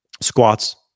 squats